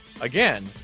Again